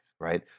right